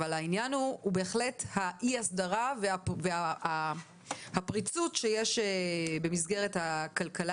אבל הענין הוא בהחלט אי ההסדרה והפריצות שיש במסגרת הכלכלה